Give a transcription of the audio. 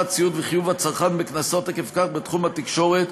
ציוד וחיוב הצרכן בקנסות עקב כך בתחום התקשורת,